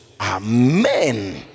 Amen